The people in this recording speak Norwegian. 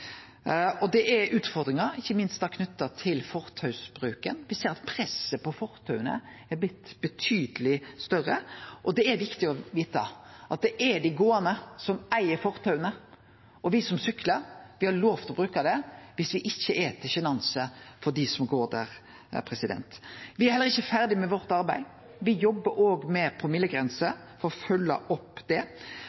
Det er utfordringar ikkje minst knytt til fortausbruken. Me ser at presset på fortaua er blitt betydeleg større. Det er viktig å vite at det er dei gåande som eig fortaua, og me som syklar, har lov til å bruke fortauet viss me ikkje er til sjenanse for dei som går der. Me er heller ikkje ferdig med arbeidet vårt. Me jobbar òg med promillegrense